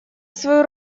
свою